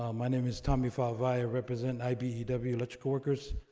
um my name is tommy favalle, ah representing ibew electrical workers,